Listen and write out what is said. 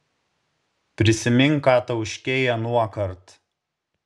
prisimink ką tauškei anuokart